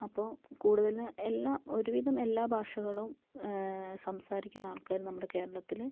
അപ്പോൾ കൂടുതൽ എല്ലാ ഒരുവിധം എല്ലാ ഭാഷകളും സംസാരിക്കുന്ന ആൾക്കാർ നമ്മുടെ കേരളത്തിൽ